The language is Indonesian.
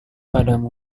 padamu